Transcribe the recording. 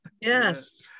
yes